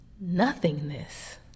nothingness